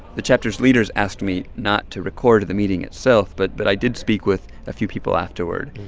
the chapter's leaders asked me not to record the meeting itself, but but i did speak with a few people afterward.